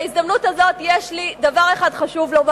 בהזדמנות הזאת יש לי דבר אחד חשוב לומר